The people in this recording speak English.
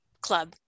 Club